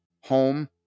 home